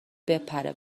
بپره